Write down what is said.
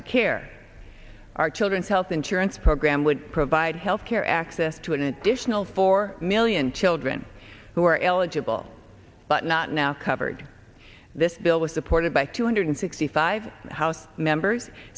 to care our children's health insurance program would provide health care access to an additional four million children who are eligible but not now covered this bill was supported by two hundred sixty five house members